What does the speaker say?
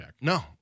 no